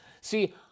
See